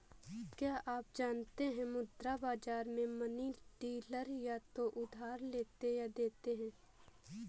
क्या आप जानते है मुद्रा बाज़ार में मनी डीलर या तो उधार लेते या देते है?